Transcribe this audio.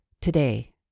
today